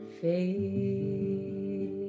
faith